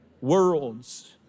worlds